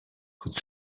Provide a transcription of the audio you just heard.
could